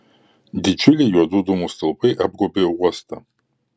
didžiuliai juodų dūmų stulpai apgaubė uostą